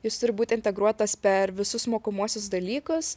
jis turi būt integruotas per visus mokomuosius dalykus